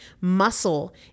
Muscle